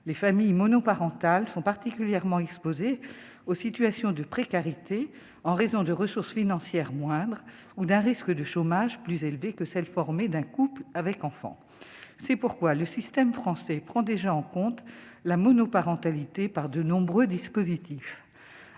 les familles monoparentales sont particulièrement exposés aux situations de précarité en raison de ressources financières moindres ou d'un risque de chômage, plus élevée que celle formée d'un couple avec enfants, c'est pourquoi le système français prend déjà en compte la monoparentalité par de nombreux dispositifs